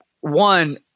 One